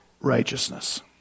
righteousness